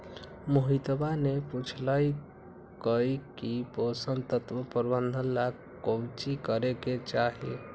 मोहितवा ने पूछल कई की पोषण तत्व प्रबंधन ला काउची करे के चाहि?